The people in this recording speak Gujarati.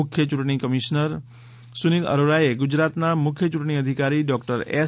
મુખ્ય ચૂંટણી કમિશ્નર સુનીલ અરોરાએ ગુજરાતના મુખ્ય ચૂંટણી અધિકારી ડૉક્ટર એસ